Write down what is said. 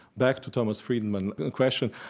back to thomas friedman question,